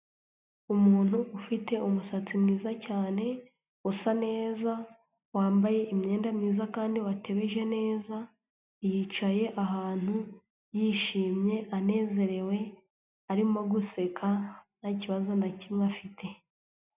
Umuntu ufite umusatsi mwiza cyane, usa neza, wambaye imyenda myiza kandi watebeje neza, yicaye ahantu yishimye anezerewe, arimo guseka ntakibazo na kimwe afite.